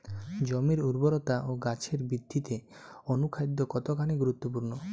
জমির উর্বরতা ও গাছের বৃদ্ধিতে অনুখাদ্য কতখানি গুরুত্বপূর্ণ?